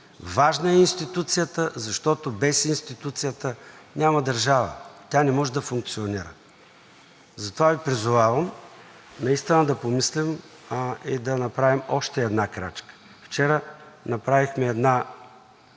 Важна е институцията, защото без институцията няма държава – тя не може да функционира. Затова Ви призовавам наистина да помислим и да направим още една крачка! Вчера направихме една